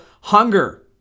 Hunger